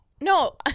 No